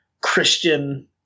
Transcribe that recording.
Christian